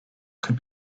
could